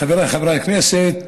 חבריי חברי הכנסת,